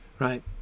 Right